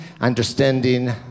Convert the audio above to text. understanding